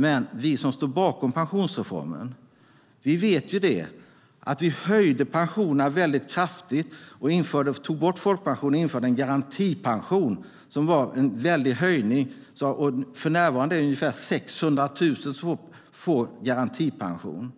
Men vi som stod bakom pensionsreformen vet ju att vi höjde pensionerna kraftigt, tog bort folkpensionen och införde en garantipension som innebar en väldig höjning. För närvarande är det ungefär 600 000 som får garantipension.